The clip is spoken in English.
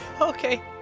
Okay